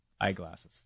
eyeglasses